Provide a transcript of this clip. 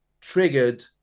triggered